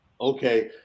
Okay